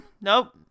Nope